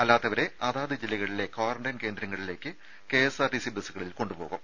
അല്ലാത്തവരെ അതാത് ജില്ലകളിലെ ക്വാറന്റൈൻ കേന്ദ്രങ്ങളിലേക്ക് കെഎസ്ആർടിസി ബസ്സുകളിൽ കൊണ്ടുപോകും